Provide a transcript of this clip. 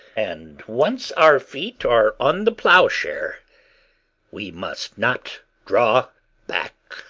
and once our feet are on the ploughshare we must not draw back.